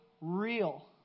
real